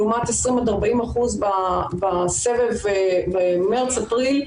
לעומת 20% 40% בסבב במרץ-אפריל.